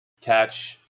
Catch